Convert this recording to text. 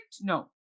No